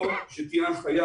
או שתהיה הנחיה